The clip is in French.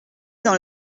dans